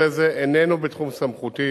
נושא זה איננו בתחום סמכותי,